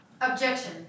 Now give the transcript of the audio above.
Objection